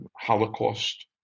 Holocaust